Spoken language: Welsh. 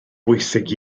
bwysig